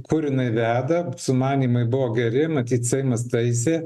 kur jinai veda sumanymai buvo geri matyt seimas taisė